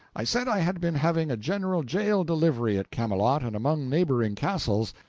i said i had been having a general jail-delivery at camelot and among neighboring castles,